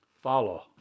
Follow